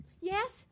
Yes